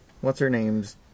What's-her-name's